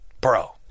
Bro